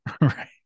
right